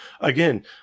Again